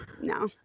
No